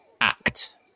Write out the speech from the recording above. act